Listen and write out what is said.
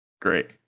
Great